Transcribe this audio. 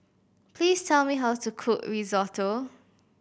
please tell me how to cook Risotto